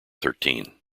thirteen